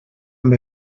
amb